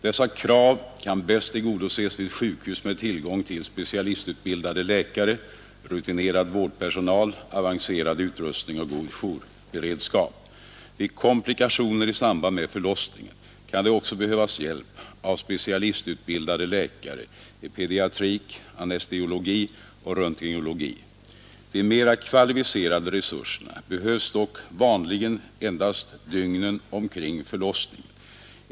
Dessa krav kan bäst tillgodoses vid sjukhus med tillgång till specialistutbildade läkare, rutinerad vårdpersonal, avancerad utrustning och god jourberedskap. Vid komplikationer i samband med förlossningen kan det också behövas hjälp av specialistutbildade läkare i pediatrik, anestesiologi och röntgenologi. De mera kvalificerade resurserna behövs dock vanligen endast dygnen omkring förlossningen.